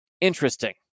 interesting